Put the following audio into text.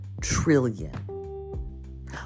trillion